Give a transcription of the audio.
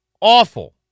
Awful